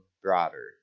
broader